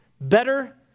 better